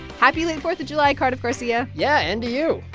happy late fourth of july, cardiff garcia yeah, and to you.